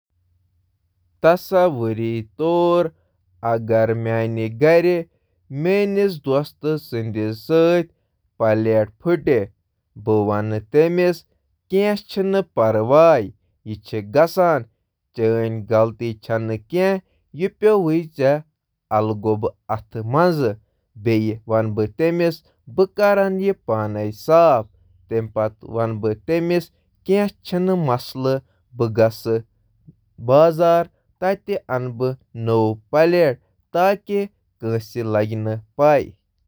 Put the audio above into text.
تصور کٔرِو زِ اکھ دوست چھُ تُہنٛدِس گَرَس منٛز تہٕ غلطی سۭتۍ چھُ اکھ پلیٹ پھٹراوان۔ بہٕ پرژھٕ أمِس، فِکر مَہ کٔرِو، یہِ ہیٚکہِ گٔژھِتھ، بہٕ کَرٕ ۔ بازرٕ پٮ۪ٹھٕ اَن اکھ پلیٹ۔